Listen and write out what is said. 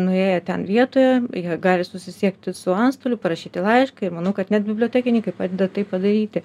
nuėję ten vietoje jie gali susisiekti su antstoliu parašyti laišką ir manau kad net bibliotekininkai padeda tai padaryti